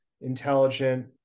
intelligent